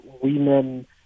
women